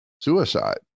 suicide